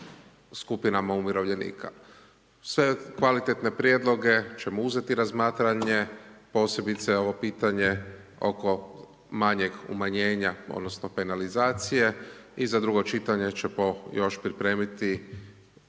skupinama umirovljenika. Sve kvalitetne prijedloge ćemo uzeti u razmatranje, posebice ovo pitanje oko manjeg umanjenja, odnosno penalizacije i za drugo čitanje ćemo još pripremiti